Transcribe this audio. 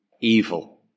evil